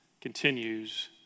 continues